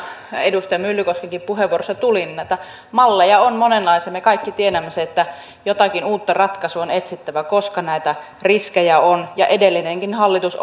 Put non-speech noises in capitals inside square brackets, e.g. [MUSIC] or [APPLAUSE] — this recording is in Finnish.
edustaja myllykoskenkin puheenvuorossa tuli esille näitä malleja on monenlaisia ja me kaikki tiedämme sen että jotakin uutta ratkaisua on etsittävä koska näitä riskejä on ja edellinenkin hallitus [UNINTELLIGIBLE]